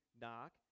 knock